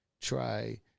try